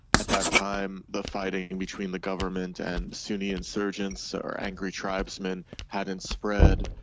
at that time the fighting and between the government and sunni insurgents or angry tribesmen hadn't spread.